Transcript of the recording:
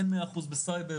אין 100 אחוז בסייבר,